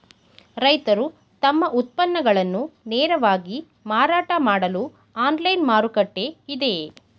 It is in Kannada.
ರೈತರು ತಮ್ಮ ಉತ್ಪನ್ನಗಳನ್ನು ನೇರವಾಗಿ ಮಾರಾಟ ಮಾಡಲು ಆನ್ಲೈನ್ ಮಾರುಕಟ್ಟೆ ಇದೆಯೇ?